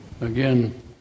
again